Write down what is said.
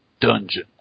dungeon